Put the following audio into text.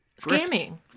scamming